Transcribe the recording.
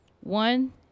One